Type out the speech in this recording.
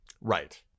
Right